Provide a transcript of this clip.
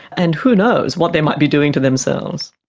and who knows what they might be doing to themselves.